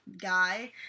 guy